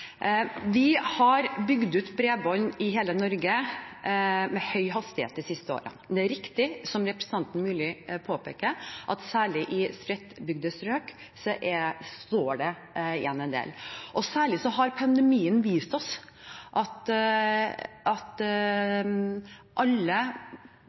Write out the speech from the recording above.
Vi har bygd ut bredbånd i hele Norge med høy hastighet de siste årene, men det er riktig som representanten Myrli påpeker, at særlig i spredtbygde strøk står det igjen en del. Særlig har pandemien vist oss at